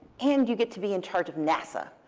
and you get to be in charge of nasa.